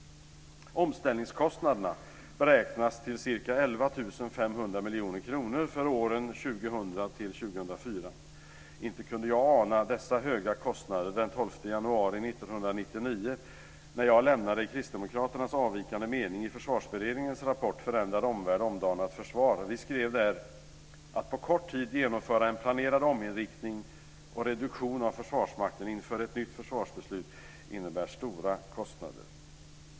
miljoner kronor för åren 2000-2004. Inte kunde jag ana dessa höga kostnader den 12 januari 1999 när jag lämnade Kristdemokraternas avvikande mening i omdanat försvar. Vi skrev där: "Att på kort tid genomföra en planerad ominriktning och reduktion av Försvarsmakten inför ett nytt försvarsbeslut innebär stora kostnader."